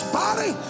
body